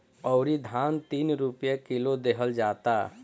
अउरी धान तीन रुपिया किलो देहल जाता